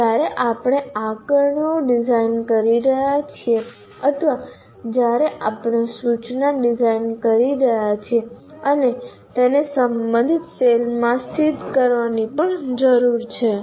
જ્યારે આપણે આકારણીઓ ડિઝાઇન કરી રહ્યા છીએ અથવા જ્યારે આપણે સૂચના ડિઝાઇન કરી રહ્યા છીએ અને તેને સંબંધિત સેલમાં સ્થિત કરવાની પણ જરૂર છે